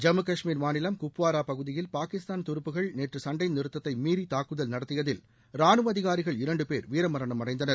ஜம்மு கஷ்மீர் மாநிலம் குப்வாரா பகுதியில் பாகிஸ்தான் துருப்புகள் நேற்று சண்டை நிறுத்தத்தை மீறி தாக்குதல் நடத்தியதில் ராணுவ அதிகாரிகள் இரண்டு பேர் வீரமரணம் அடைந்தனர்